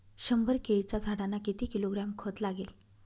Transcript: शंभर केळीच्या झाडांना किती किलोग्रॅम खत लागेल?